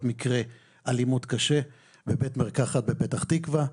מקרה אלימות קשה בבית מרקחת בפתח תקווה.